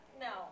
No